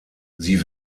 sie